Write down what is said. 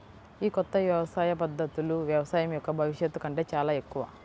ఈ కొత్త వ్యవసాయ పద్ధతులు వ్యవసాయం యొక్క భవిష్యత్తు కంటే చాలా ఎక్కువ